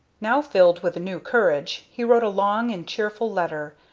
now filled with a new courage, he wrote a long and cheerful letter,